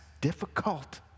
difficult